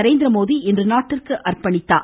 நரேந்திரமோடி இன்று நாட்டிற்கு அர்ப்பணித்தார்